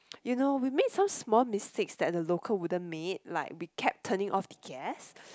you know we made some small mistakes that the local wouldn't make like we kept turning off the gas